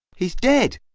he's dead!